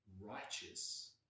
righteous